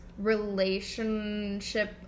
relationship